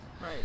Right